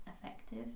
effective